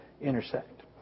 intersect